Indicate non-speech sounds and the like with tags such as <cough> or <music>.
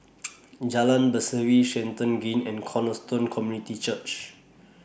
<noise> Jalan Berseri Stratton Green and Cornerstone Community Church